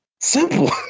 simple